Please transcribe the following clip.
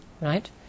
right